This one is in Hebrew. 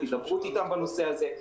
תוך הידברות איתם בנושא הזה.